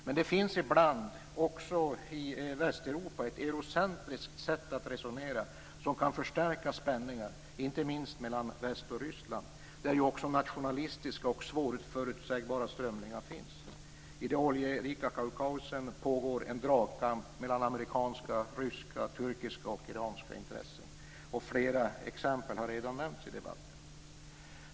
Men det finns ibland också i Västeuropa ett eurocentriskt sätt att resonera som kan förstärka spänningar, inte minst mellan väst och Ryssland där också nationalistiska och svårförutsägbara strömningar finns. I det oljerika Kaukasien pågår en dragkamp mellan amerikanska, ryska, turkiska och iranska intressen. Flera exempel har redan nämnts i debatten.